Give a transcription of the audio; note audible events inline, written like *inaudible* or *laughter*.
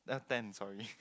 uh tens sorry *laughs*